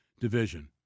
division